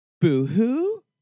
Boo-hoo